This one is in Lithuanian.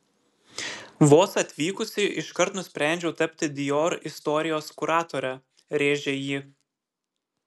vos atvykusi iškart nusprendžiau tapti dior istorijos kuratore rėžė ji